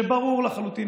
כשברור לחלוטין,